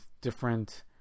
different